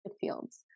fields